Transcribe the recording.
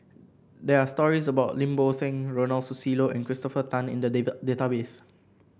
there are stories about Lim Bo Seng Ronald Susilo and Christopher Tan in the data database